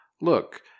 look